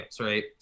right